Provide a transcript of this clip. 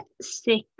Six